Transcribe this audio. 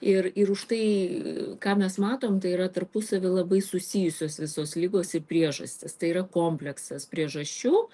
ir ir už tai ką mes matom tai yra tarpusavy labai susijusios visos ligos ir priežastys tai yra kompleksas priežasčių